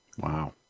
Wow